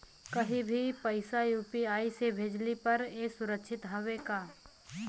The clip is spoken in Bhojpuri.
कहि भी पैसा यू.पी.आई से भेजली पर ए सुरक्षित हवे का?